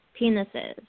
Penises